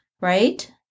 right